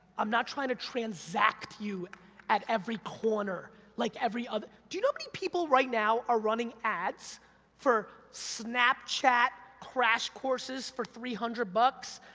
i'm not tryin' to transact you at every corner, like every other. do you know how many people right now are running ads for snapchat crash courses for three hundred bucks,